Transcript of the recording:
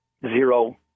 zero